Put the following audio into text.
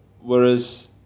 Whereas